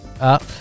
up